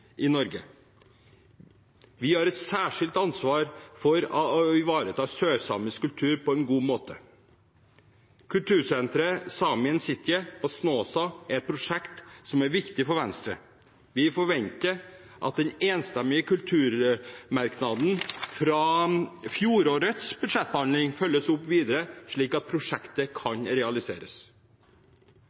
i Norge. Vi har et særskilt ansvar for å ivareta sørsamisk kultur på en god måte. Kultursenteret Saemien Sijte på Snåsa er et prosjekt som er viktig for Venstre. Vi forventer at den enstemmige kulturmerknaden fra fjorårets budsjettbehandling følges opp videre, slik at prosjektet kan realiseres.